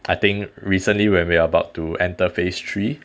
I think recently when we are about to enter phase three